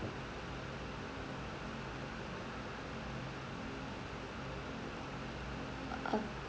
oh